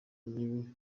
mibi